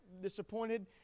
disappointed